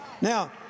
Now